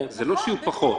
זה לא שיהיו פחות,